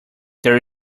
there